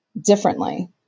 differently